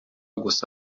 gusa